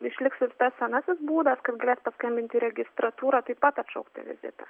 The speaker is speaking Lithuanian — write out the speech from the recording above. išliks ir tas senasis būdas kad galės paskambinti į registratūrą taip pat atšaukti vizitą